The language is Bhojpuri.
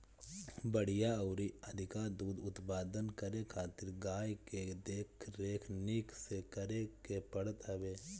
बढ़िया अउरी अधिका दूध उत्पादन करे खातिर गाई के देख रेख निक से करे के पड़त हवे